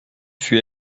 fut